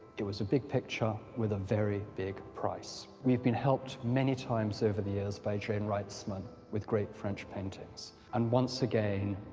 it was a big picture with a very big price. we've been helped many times over the years by jane wrightsman with great french paintings. and once again,